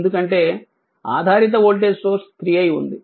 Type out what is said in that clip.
ఎందుకంటే ఆధారిత voltage source 3 i ఉంది